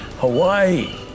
Hawaii